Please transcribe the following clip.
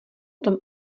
tom